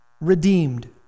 redeemed